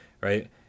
right